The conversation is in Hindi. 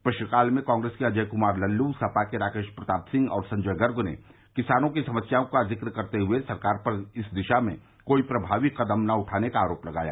प्रश्नकाल में कांग्रेस के अजय क्मार लल्लू सपा के राकेश प्रताप सिंह और संजय गर्ग ने किसानों की समस्याओं का जिक्र करते हए सरकार पर इस दिशा में कोई प्रभावी कदम न उठाने का आरोप लगाया